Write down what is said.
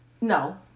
No